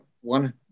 one